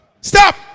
Stop